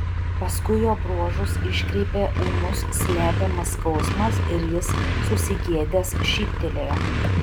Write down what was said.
paskui jo bruožus iškreipė ūmus slepiamas skausmas ir jis susigėdęs šyptelėjo